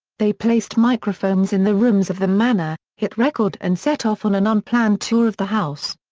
they placed microphones in the rooms of the manor, hit record and set off on an unplanned tour of the house.